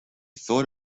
thought